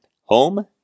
home